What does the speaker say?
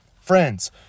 friends